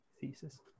thesis